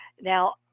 Now